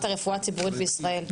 להצלת הרפואה הציבורית בישראל.